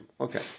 Okay